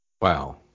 Wow